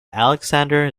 alexander